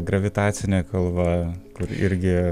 gravitacinė kalva kur irgi